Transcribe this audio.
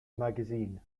magazine